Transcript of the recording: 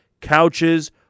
couches